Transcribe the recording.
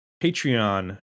Patreon